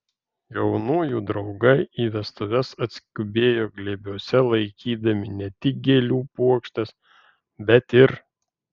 jaunųjų draugai į vestuves atskubėjo glėbiuose laikydami ne tik gėlių puokštes bet ir